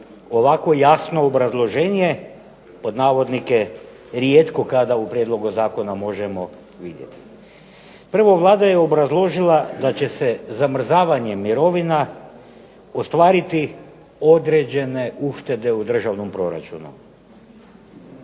ovako jasno obrazloženje, "rijetko" kada u Prijedlogu zakona možemo vidjeti. Prvo, Vlada je obrazložila da će se zamrzavanjem mirovina ostvariti određene uštede u Državnom proračunu,